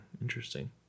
Interesting